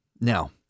Now